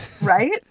right